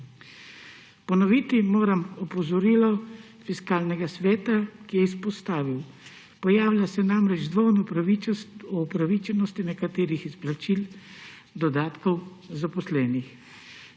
Ponoviti moram opozorilo Fiskalnega sveta, ki je izpostavil, »pojavlja se namreč dvom o upravičenosti nekaterih izplačil dodatkov zaposlenih«.